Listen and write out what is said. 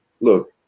look